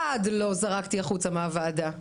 אחד לא זרקתי החוצה מהוועדה,